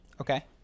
Okay